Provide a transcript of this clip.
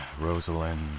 rosalind